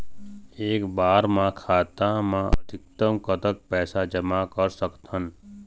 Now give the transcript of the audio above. एक बार मा खाता मा अधिकतम कतक पैसा जमा कर सकथन?